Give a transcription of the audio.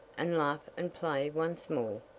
and laugh and play once more?